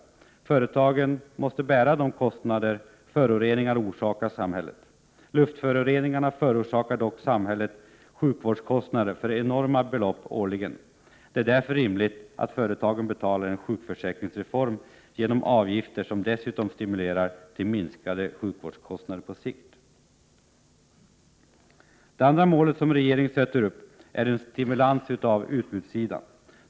Företagen måste bära de kostnader föroreningarna orsakar samhället. Luftföroreningarna förorsakar dock samhället sjukvårdskostnader för enorma belopp årligen. Det är därför rimligt att företagen betalar en sjukförsäkringsreform genom avgifter som dessutom stimulerar till minskade sjukvårdskostnader på sikt. Det andra målet som regeringen sätter upp är en stimulans av utbudssidan.